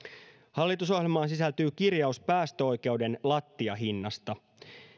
hallitusohjelmaan sisältyy kirjaus päästöoikeuden lattiahinnasta